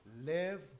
live